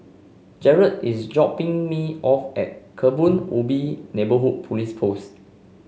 Jarad is dropping me off at Kebun Ubi Neighbourhood Police Post